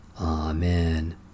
Amen